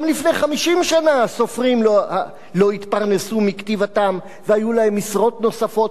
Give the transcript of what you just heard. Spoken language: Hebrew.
גם לפני 50 שנה סופרים לא התפרנסו מכתיבתם והיו להם משרות נוספות,